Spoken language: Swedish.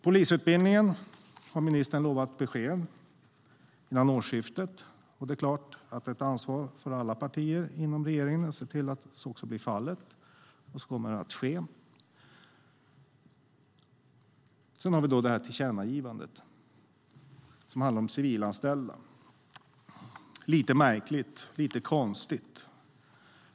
Polisutbildningen har ministern lovat ett besked om före årsskiftet. Det är ett ansvar inom alla partier inom regeringen att se till att så kommer att ske. Sedan har vi tillkännagivandet om civilanställda - lite märkligt, lite konstigt.